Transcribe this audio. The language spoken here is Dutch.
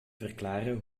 verklaren